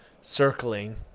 circling